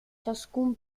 ciascun